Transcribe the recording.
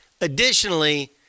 Additionally